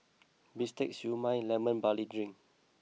Bistake Siew Mai Lemon Barley Drink